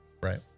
Right